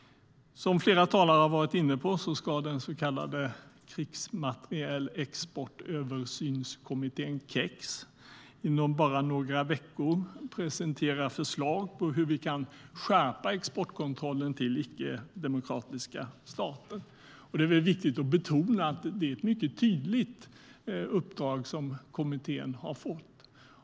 Som flera talare har varit inne på ska den så kallade Krigsmaterielexportöversynskommittén, KEX, inom bara några veckor presentera förslag på hur vi kan skärpa exportkontrollen till icke-demokratiska stater. Det är viktigt att betona att det är ett mycket tydligt uppdrag som kommittén har fått.